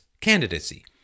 candidacy